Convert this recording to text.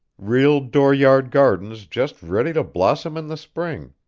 real dooryard gardens just ready to blossom in the spring,